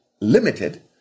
limited